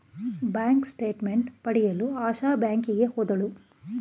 bank statement ಪಡೆಯಲು ಆಶಾ ಬ್ಯಾಂಕಿಗೆ ಹೋದಳು